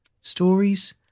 Stories